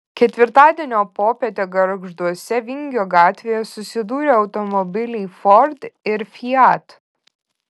ketvirtadienio popietę gargžduose vingio gatvėje susidūrė automobiliai ford ir fiat